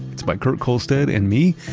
it's by kurt kolhstedt and me.